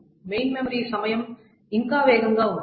main memory సమయం ఇంకా వేగంగా ఉంటుంది